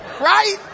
right